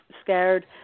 scared